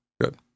Good